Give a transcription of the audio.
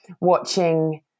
watching